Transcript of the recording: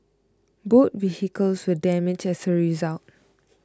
both vehicles were damaged as a result